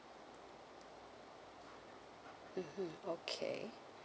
mmhmm okay